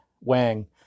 Wang